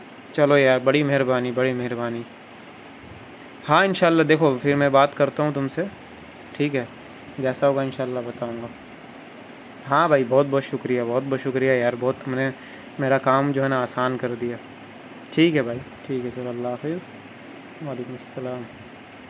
چلو یار بڑی مہربانی بڑی مہربانی ہاں انشاء اللہ دیکھو پھر میں بات کرتا ہوں تم سے ٹھیک ہے جیسا ہوگا انشا اللہ بتاؤں گا ہاں بھائی بہت بہت شکریہ بہت بہت شکریہ یار بہت تم نے میرا کام جو ہے نا آسان کر دیا ٹھیک ہے بھائی ٹھیک ہے چلو اللہ حافظ وعلیکم السلام